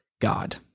God